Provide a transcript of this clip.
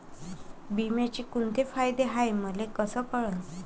बिम्याचे कुंते फायदे हाय मले कस कळन?